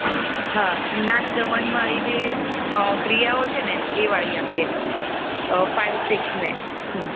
હા નાગદમન વાળી જે હા ક્રિયાઓ છે એ વાળી આપીએ ફાઈવ સિકસને હમ્મ